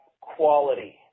quality